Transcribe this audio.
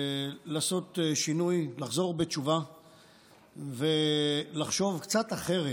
לעשות שינוי, לחזור בתשובה ולחשוב קצת אחרת.